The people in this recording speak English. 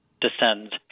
descends